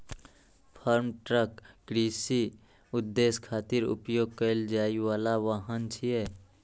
farm truck कृषि उद्देश्य खातिर उपयोग कैल जाइ बला वाहन छियै